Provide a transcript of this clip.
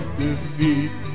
defeat